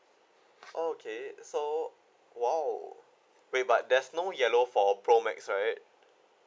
okay so !wow! wait but there's no yellow for pro max right